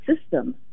system